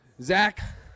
Zach